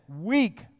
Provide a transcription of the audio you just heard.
weak